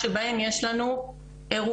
שבהם יש לנו אירועים,